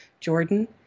Jordan